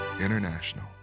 International